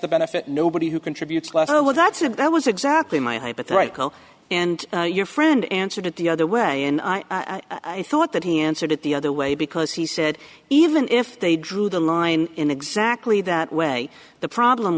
the benefit nobody who contributes less no well that's a that was exactly my hypothetical and your friend answered it the other way and i thought that he answered it the other way because he said even if they drew the line in exactly that way the problem